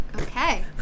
okay